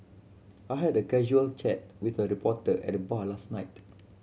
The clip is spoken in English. I had a casual chat with a reporter at the bar last night